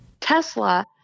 Tesla